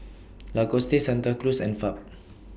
Lacoste Santa Cruz and Fab